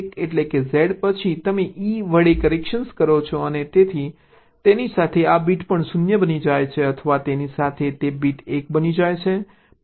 1 1 1 એટલે કે Z પછી તમે e વડે કરેક્શન કરો અને તેની સાથે આ બીટ પણ 0 બની જાય છે અથવા તેની સાથે તે બીટ 1 બને છે પહેલાથી 1 છે